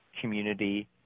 community